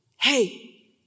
Hey